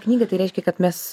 knyga tai reiškia kad mes